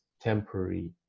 temporary